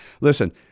Listen